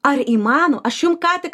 ar įmano aš jum ką tik